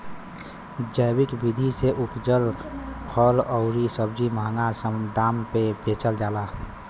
जैविक विधि से उपजल फल अउरी सब्जी महंगा दाम पे बेचल जाला